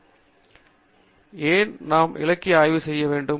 சரி ஏன் நாம் இலக்கிய ஆய்வு செய்ய வேண்டும்